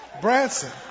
Branson